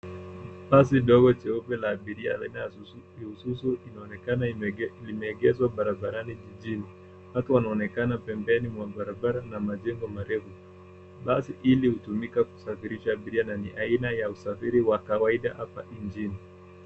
Basi dogo jeupe la abiria aina ya isuzu linaonekana limeegeshwa barabarani jijini. Watu wanaonekana pembeni mwa barabara na majengo marefu. Basi hili hutumika kusafirisha abiria na ni aina ya usafiri wa kawaida hapa nchini.